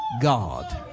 God